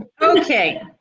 Okay